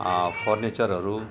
फर्निचरहरू